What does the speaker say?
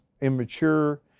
immature